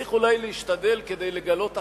צריך אולי להשתדל כדי לגלות אחריות,